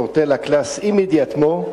צא מהכיתה מייד וסגור את הדלת.)